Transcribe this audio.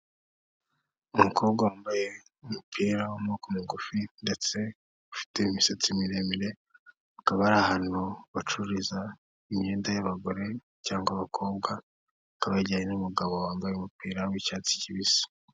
Umukobwa wambaye umupira w'amaboko magufi ndetse ufite imisatsi miremire akaba ari ahantu bacururiza imyenda y'abagore cyangwa abakobwa akaba yegeranye n'umugabo wambaye umupira w'icyatsi kibisi.